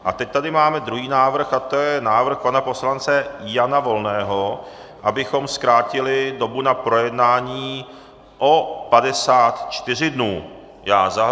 A teď tady máme druhý návrh a to je návrh pana poslance Jana Volného, abychom zkrátili dobu na projednání o 54 dnů.